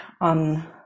on